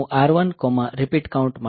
MOV R1 repeat count માટે